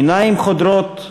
עיניים חודרות,